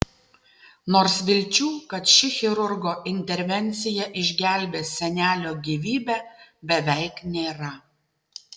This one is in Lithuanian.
nors vilčių kad ši chirurgo intervencija išgelbės senelio gyvybę beveik nėra